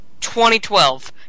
2012